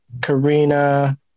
Karina